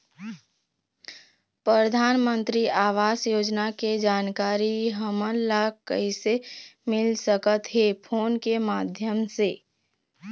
परधानमंतरी आवास योजना के जानकारी हमन ला कइसे मिल सकत हे, फोन के माध्यम से?